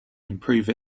improve